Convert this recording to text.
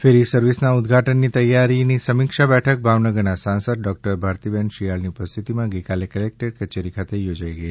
ફેરી સર્વિસના ઉદ્વાટનની તૈયારીની સમીક્ષા બેઠક ભાવનગરના સાંસદ ડૉક્ટર ભારતીબેન શિયાળની ઉપસ્થિતીમાં ગઈકાલે કલેક્ટર કચેરી ખાતે યોજાઈ ગઈ